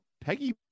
Peggy